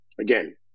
again